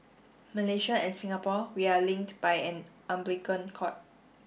Malaysia and Singapore we are linked by an umbilical cord